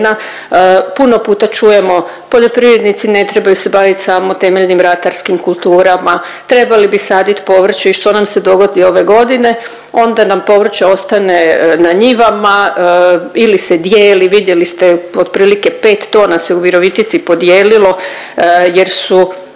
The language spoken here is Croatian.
puno puta čujemo, poljoprivrednici ne trebaju bavit samo temeljnim ratarskim kulturama, trebali bi sadit povrće i što nam se dogodi ove godine? Onda nam povrće ostane na njivama ili se dijeli, vidjeli ste, otprilike 5 tona se u Virovitici podijelilo jer su